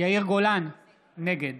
נגד